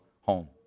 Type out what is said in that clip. home